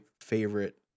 favorite